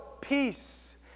peace